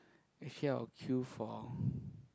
actually I will queue for